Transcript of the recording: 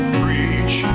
preach